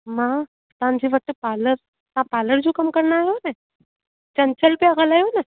मां तव्हांजे वटि पार्लर तव्हां पार्लर जो कमु कंदा आहियो न चंचल पिया ॻाल्हायो न